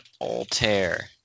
altair